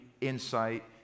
insight